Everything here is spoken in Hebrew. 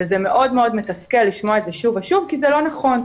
זה מאוד מתסכל לשמוע את זה שוב ושוב כי זה לא נכון.